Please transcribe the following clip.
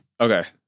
Okay